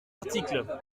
article